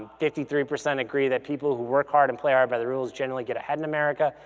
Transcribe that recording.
fifty three percent agree that people who work hard and play ah by the rules generally get ahead in america,